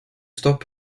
stop